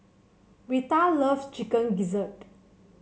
Rheta loves Chicken Gizzard